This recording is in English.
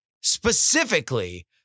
specifically